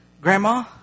Grandma